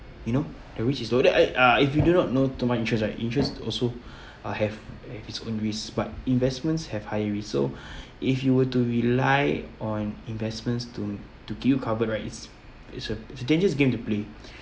you know the risk is low that I uh if you do not know to my interest right insurance also uh have its own risks but investments have higher risk so if you were to rely on investments to to keep you covered right it's it's a it's a dangerous game to play